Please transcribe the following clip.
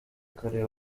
ayo